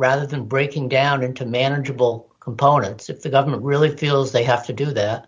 rather than breaking down into manageable components if the government really feels they have to do that